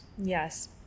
Yes